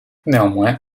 néanmoins